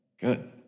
good